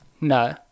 No